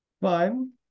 fine